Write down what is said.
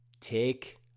take